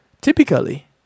Typically